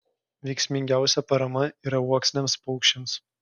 veiksmingiausia parama yra uoksiniams paukščiams